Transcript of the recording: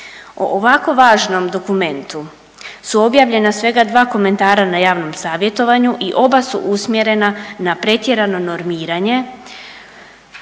O ovako važnom dokumentu su objavljena svega dva komentara na javnom savjetovanju i oba su usmjerena na pretjerano normiranje